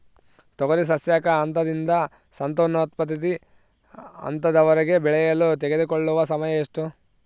ತೊಗರಿ ಸಸ್ಯಕ ಹಂತದಿಂದ ಸಂತಾನೋತ್ಪತ್ತಿ ಹಂತದವರೆಗೆ ಬೆಳೆಯಲು ತೆಗೆದುಕೊಳ್ಳುವ ಸಮಯ ಎಷ್ಟು?